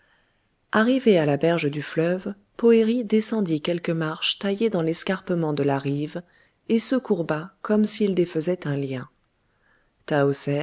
arrivé à la berge du fleuve poëri descendit quelques marches taillées dans l'escarpement de la rive et se courba comme s'il défaisait un lien